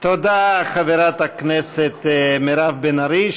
תודה לחברת הכנסת מירב בן ארי,